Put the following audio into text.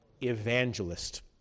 Evangelist